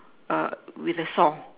err with a song